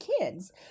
kids